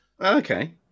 okay